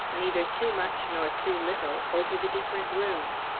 neither too much nor too little, over the different rooms.